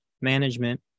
management